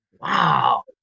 Wow